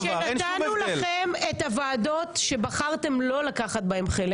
עכשיו העברתם אותנו לוועדת מדע לחצי קדנציה.